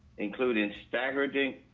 including staggering,